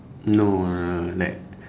no ah like